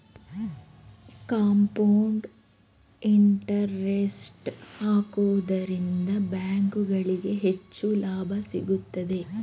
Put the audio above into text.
compound interest ಹಾಕುವುದರಿಂದ ಬ್ಯಾಂಕುಗಳಿಗೆ ಹೆಚ್ಚು ಲಾಭ ಸಿಗುತ್ತದೆ